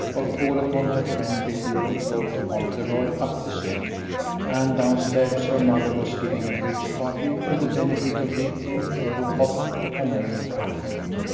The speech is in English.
or call upon her friend little lord fauntleroy up the street and downstairs her mother was giving a bridge party for the benefit of the m. o. hot tamale company,